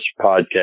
podcast